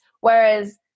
Whereas